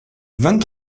vingt